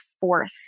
fourth